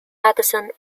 medicine